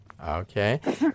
Okay